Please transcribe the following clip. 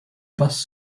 bus